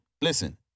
listen